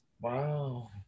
Wow